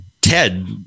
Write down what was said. Ted